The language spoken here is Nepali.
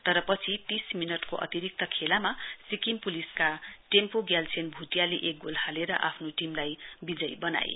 तर पछि तीस मिनटको अतिरिक्त खेलामा सिक्किम पुलिसका टेम्पो ग्यालछेन भुटिया एक गोल हालेर आफ्नो टीमलाई विजयी बनाए